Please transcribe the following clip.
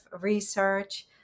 research